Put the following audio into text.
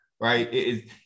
right